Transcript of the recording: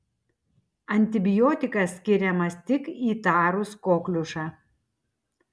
antibiotikas skiriamas tik įtarus kokliušą